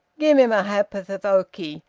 give him a ha'porth o' hokey,